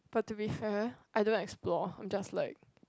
but to be fair I don't explore I'm just like